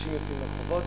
אנשים יוצאים לרחובות,